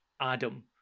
Adam